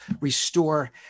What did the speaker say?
restore